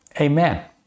amen